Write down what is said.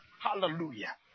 Hallelujah